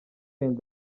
end